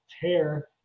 tear